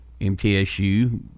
MTSU